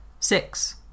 Six